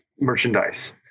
merchandise